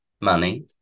money